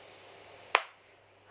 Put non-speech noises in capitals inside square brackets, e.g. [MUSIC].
[NOISE]